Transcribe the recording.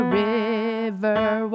river